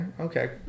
Okay